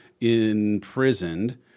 imprisoned